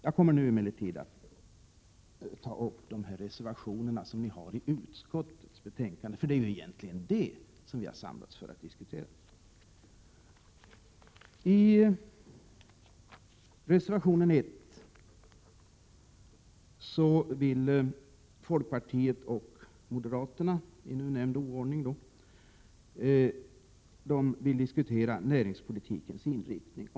Jag kommer nu emellertid att ta upp de reservationer ni avgivit till utskottets betänkande — det är ju egentligen det som vi har samlats för att diskutera. I reservation 1 diskuterar folkpartiet och moderaterna i nu nämnd oordning näringspolitikens inriktning.